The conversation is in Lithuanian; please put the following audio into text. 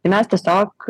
tai mes tiesiog